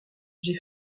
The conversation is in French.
j’ai